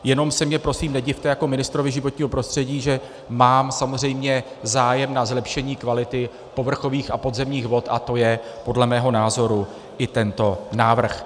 Jenom se mi prosím nedivte jako ministrovi životního prostředí, že mám samozřejmě zájem na zlepšení kvality povrchových a podzemních vod, a to je podle mého názoru i tento návrh.